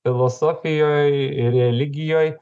filosofijoj ir religijoj